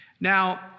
Now